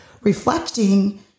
reflecting